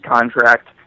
contract